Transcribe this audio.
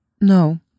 No